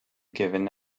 given